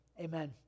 amen